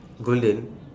golden